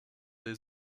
des